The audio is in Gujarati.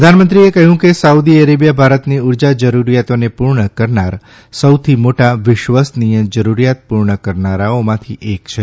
પ્રધાનમંત્રીએ કહ્યું કે સાઉદી અરેબિયા ભારતની ઉર્જા જરૂરિયાતોને પૂર્ણ કરનાર સૌથી મોટા વિશ્વસનીય જરૂરિયાતપૂર્ણ કરનારાઓમાંથી એક છે